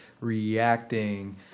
reacting